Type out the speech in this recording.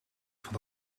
van